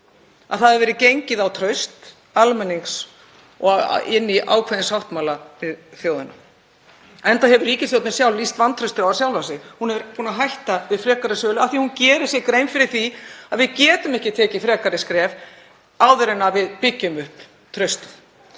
að það hafi verið gengið á traust almennings og inn í ákveðinn sáttmála við þjóðina, enda hefur ríkisstjórnin lýst vantrausti á sjálfa sig, hún hefur hætt við frekari sölu af því að hún gerir sér grein fyrir því að við getum ekki stigið frekari skref áður en við byggjum upp traust.